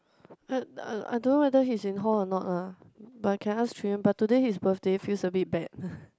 uh I don't know whether he's in hall or not lah but I can ask Chu-Yan but today his birthday feels a bit bad